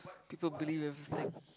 people believe everything